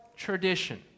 tradition